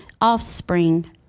offspring